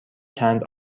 چند